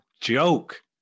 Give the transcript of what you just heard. joke